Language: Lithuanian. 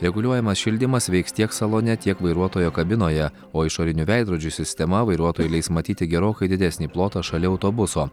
reguliuojamas šildymas veiks tiek salone tiek vairuotojo kabinoje o išorinių veidrodžių sistema vairuotojui leis matyti gerokai didesnį plotą šalia autobuso